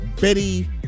Betty